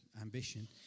ambition